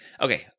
Okay